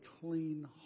clean